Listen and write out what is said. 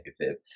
negative